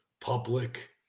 public